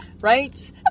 Right